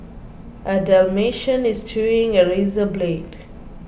a dalmatian is chewing a razor blade